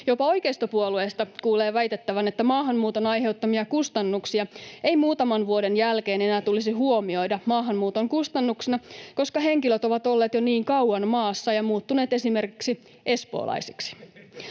Jopa oikeistopuolueista kuulee väitettävän, että maahanmuuton aiheuttamia kustannuksia ei muutaman vuoden jälkeen enää tulisi huomioida maahanmuuton kustannuksina, koska henkilöt ovat olleet jo niin kauan maassa ja muuttuneet esimerkiksi espoolaisiksi.